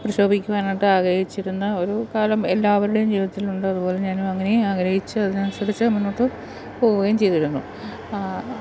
പ്രശോഭിക്കുവാനായിട്ട് ആഗ്രഹിച്ചിരുന്ന ഒരു കാലം എല്ലാവരുടെയും ജീവിതത്തിലുണ്ട് അതുപോലെ ഞാനും അങ്ങനെ ആഗ്രഹിച്ച് അതിനനുസരിച്ച് മുന്നോട്ട് പോവുകയും ചെയ്തിരുന്നു